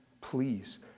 Please